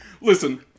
listen